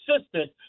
assistant